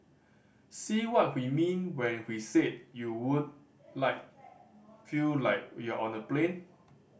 see what we mean when we said you won't like feel like you're on the plane